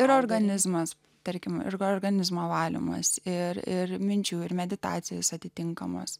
ir organizmas tarkim organizmo valymas ir ir minčių ir meditacijos atitinkamas